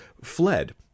fled